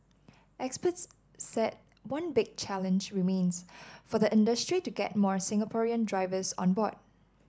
experts said one big challenge remains for the industry to get more Singaporean drivers on board